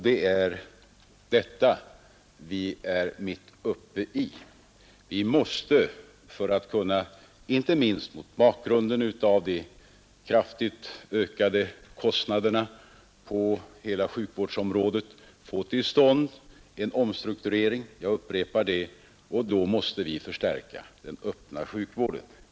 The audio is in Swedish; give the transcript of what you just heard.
Det är detta arbete som vi är mitt uppe i. Inte minst mot bakgrunden av de kraftigt ökade kostnaderna på hela sjukvårdsområdet måste vi få till stånd en omstrukturering — jag upprepar det — och dä måste vi förstärka den öppna sjukvården.